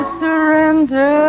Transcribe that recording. surrender